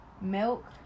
milk